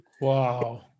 Wow